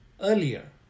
earlier